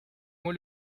moi